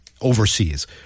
overseas